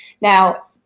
now